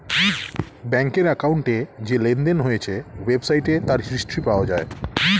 ব্যাংকের অ্যাকাউন্টে যে লেনদেন হয়েছে ওয়েবসাইটে তার হিস্ট্রি পাওয়া যায়